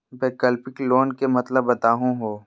वैकल्पिक लोन के मतलब बताहु हो?